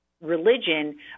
religion